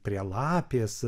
prie lapės